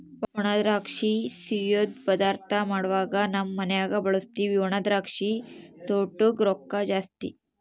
ಒಣದ್ರಾಕ್ಷಿನ ಸಿಯ್ಯುದ್ ಪದಾರ್ಥ ಮಾಡ್ವಾಗ ನಮ್ ಮನ್ಯಗ ಬಳುಸ್ತೀವಿ ಒಣದ್ರಾಕ್ಷಿ ತೊಟೂಗ್ ರೊಕ್ಕ ಜಾಸ್ತಿ